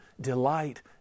delight